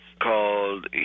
called